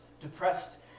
depressed